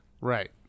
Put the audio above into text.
Right